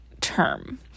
term